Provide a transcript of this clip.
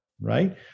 right